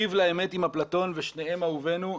ריב לאמת עם אפלטון ושניהם אהובינו,